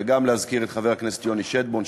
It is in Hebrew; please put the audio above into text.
וגם להזכיר את חבר הכנסת יוני שטבון,